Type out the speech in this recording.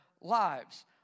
lives